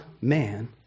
man